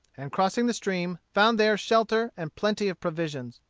and crossing the stream, found there shelter and plenty of provisions.